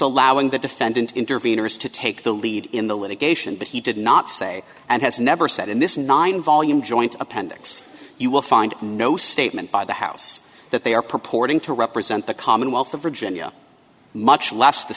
allowing the defendant intervenors to take the lead in the litigation but he did not say and has never said in this nine volume joint appendix you will find no statement by the house that they are purporting to represent the commonwealth of virginia much less the